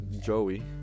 Joey